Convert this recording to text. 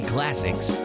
Classics